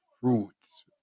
fruits